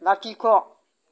लाथिख'